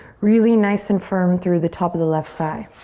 really nice and firm through the top of the left thigh.